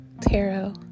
tarot